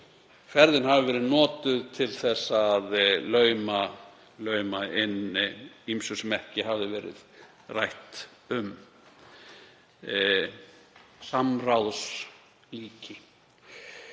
ferðin hafi verið notuð til að lauma inn ýmsu sem ekki hafði verið rætt um. Samráðslíki.